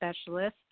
specialist